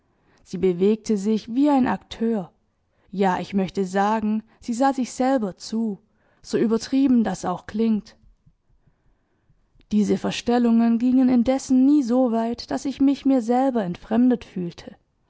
sie bewegte sich wie ein akteur ja ich möchte sagen sie sah sich selber zu so übertrieben das auch klingt diese verstellungen gingen indessen nie so weit daß ich mich mir selber entfremdet fühlte